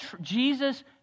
Jesus